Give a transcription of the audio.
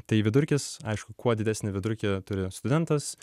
tai vidurkis aišku kuo didesnį vidurkį turi studentas